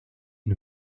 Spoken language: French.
une